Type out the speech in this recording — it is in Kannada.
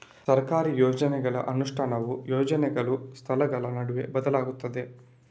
ಸರ್ಕಾರಿ ಯೋಜನೆಗಳ ಅನುಷ್ಠಾನವು ಯೋಜನೆಗಳು, ಸ್ಥಳಗಳ ನಡುವೆ ಬದಲಾಗುತ್ತದೆ